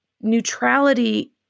neutrality